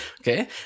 Okay